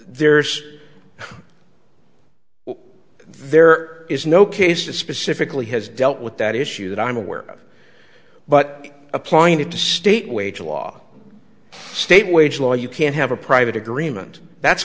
there's there is no case to specifically has dealt with that issue that i'm aware of but applying it to state wage law state wage law you can't have a private agreement that's